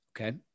okay